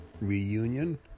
reunion